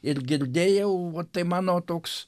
ir girdėjau va tai mano toks